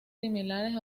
similares